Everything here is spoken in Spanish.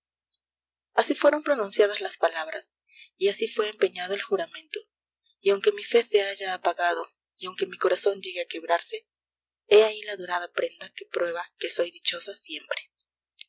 así fueron pronunciadas las palabras y así fué empeñado el juramento y aunque mi fe se haya apagado y aunque mi corazón llegue a quebrarse he ahí la dorada prenda que prueba que soy dichosa siempre